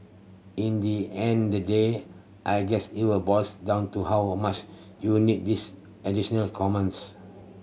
in the end the day I guess it were boils down to how much you need these additional commons